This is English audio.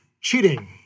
cheating